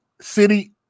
City